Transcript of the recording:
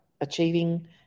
achieving